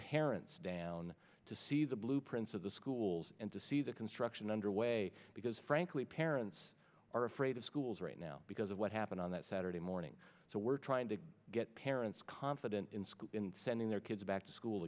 parents down to see the blueprints of the schools and to see the construction under way because frankly parents are afraid of schools right now because of what happened on that saturday morning so we're trying to get parents confident in school in sending their kids back to school